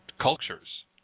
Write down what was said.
cultures